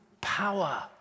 power